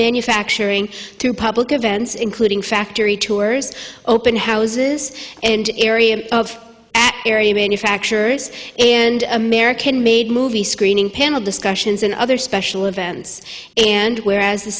manufacturing to public events including factory tours open houses and areas of area manufacturers and american made movie screening panel discussions and other special events and whereas the